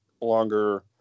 longer